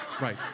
Right